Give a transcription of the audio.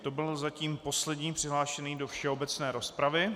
To byl zatím poslední přihlášený do všeobecné rozpravy.